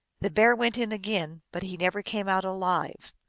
the bear went in again, but he never came out alive.